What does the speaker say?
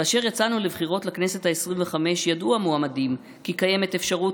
כאשר יצאנו לבחירות לכנסת העשרים-וחמש ידעו המועמדים כי קיימת אפשרות